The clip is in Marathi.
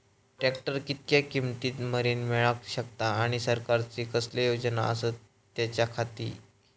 ट्रॅक्टर कितक्या किमती मरेन मेळाक शकता आनी सरकारचे कसले योजना आसत त्याच्याखाती?